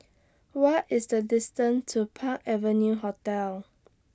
What IS The distance to Park Avenue Hotel